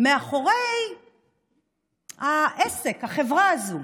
מאחורי העסק, החברה הזאת,